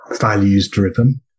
values-driven